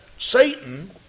Satan